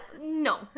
no